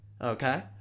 okay